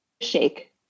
shake